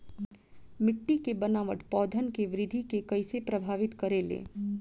मिट्टी के बनावट पौधन के वृद्धि के कइसे प्रभावित करे ले?